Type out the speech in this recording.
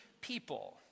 people